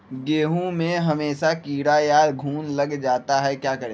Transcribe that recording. गेंहू में हमेसा कीड़ा या घुन लग जाता है क्या करें?